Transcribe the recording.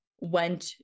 went